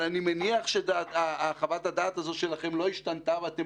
אני מניח שחוות הדעת שלכם לא השתנתה ואתם